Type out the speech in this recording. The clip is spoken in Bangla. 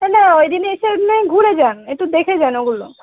না না ওই দিন এসে নয় ঘুরে যান একটু দেখে যান ওগুলো